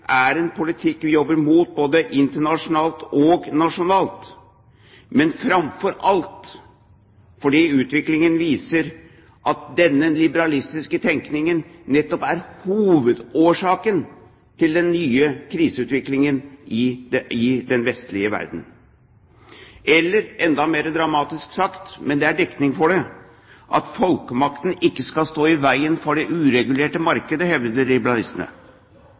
er en politikk vi jobber mot både internasjonalt og nasjonalt, men framfor alt fordi utviklingen viser at denne liberalistiske tenkningen nettopp er hovedårsaken til den nye kriseutviklingen i den vestlige verden, eller, enda mer dramatisk sagt, men det er dekning for det – folkemakten skal ikke stå i veien for det uregulerte marked, hevder liberalistene.